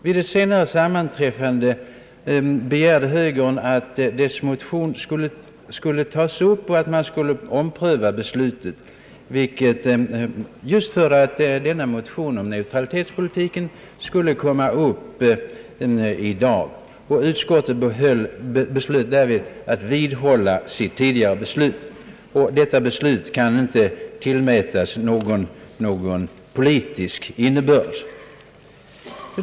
Vid ett senare sammanträde begärde högern att dess motion skulle tas upp och att man skulle ompröva beslutet, just för att denna motion om neutralitetspolitiken skulle kunna komma upp i dag. Utskottet beslöt emellertid att vidhålla sitt tidigare beslut. Detta ställningstagande kan inte tillmätas någon politisk innebörd.